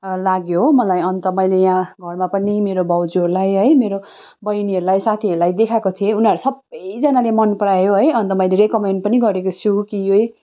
लाग्यो हो मलाई अन्त मैले यहाँ घरमा पनि मेरो भाउजूहरूलाई है मेरो बहिनीहरूलाई साथीहरूलाई देखाएको थिएँ उनीहरू सबैजनाले मनपरायो है अन्त मैले रेकोमेन्ड पनि गरेको छु कि यही